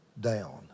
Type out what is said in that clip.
down